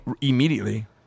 immediately